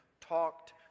talked